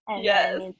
Yes